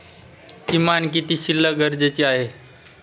किमान किती शिल्लक गरजेची आहे?